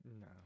No